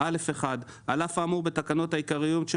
"(א1)על אף האמור בתקנות העיקריות,